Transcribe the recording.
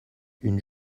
une